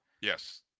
Yes